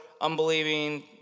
unbelieving